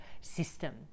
system